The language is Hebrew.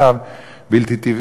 וכך נוצר מצב בלתי טבעי,